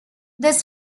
this